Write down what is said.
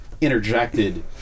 interjected